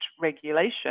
regulation